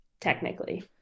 technically